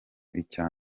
icya